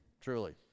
truly